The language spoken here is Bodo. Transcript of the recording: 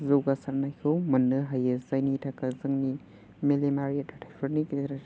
जौगासारनायखौ मोननो हायो जायनि थाखाय जोंनि मेलेमारि थाथायफोरनि गेजेर